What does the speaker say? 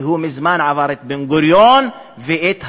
והוא מזמן עבר את בן-גוריון ואת האחרים.